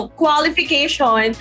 qualification